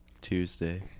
Tuesday